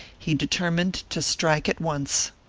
he determined to strike at once.